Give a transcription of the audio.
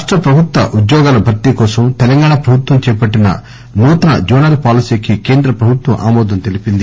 రాష్ట ప్రభుత్వ ఉద్యోగాల భర్తీ కోసం తెలంగాణ ప్రభుత్వం చేపట్టిన నూతన జోనల్ పాలసీకి కేంద్ర ప్రభుత్వం ఆమోదం తెలిపింది